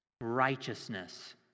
Righteousness